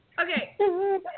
okay